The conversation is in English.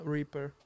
Reaper